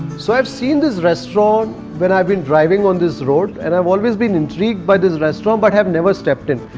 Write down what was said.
so i've seen this restaurant when i've been driving on this road. and i've always been intrigued by this restaurant but have never stepped in.